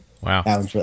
Wow